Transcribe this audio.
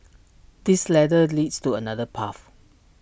this ladder leads to another path